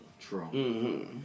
True